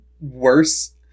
worse